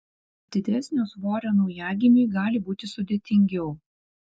didesnio svorio naujagimiui gali būti sudėtingiau